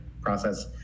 process